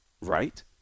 Right